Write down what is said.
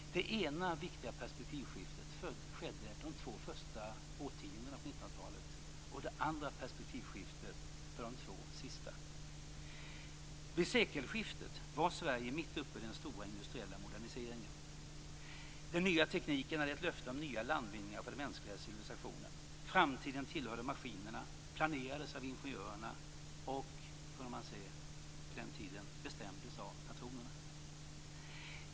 Det ena viktiga perspektivskiftet skedde under de två första årtiondena på 1900-talet och det andra perspektivskiftet under de två sista årtiondena. Vid sekelskiftet var Sverige mitt uppe i den stora industriella moderniseringen. Den nya tekniken hade gett löften om nya landvinningar för den mänskliga civilisationen. Framtiden tillhörde maskinerna, planerades av ingenjörerna och, kunde man se på den tiden, bestämdes av patronerna.